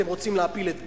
אתם רוצים להפיל את ביבי,